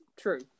True